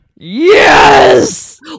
Yes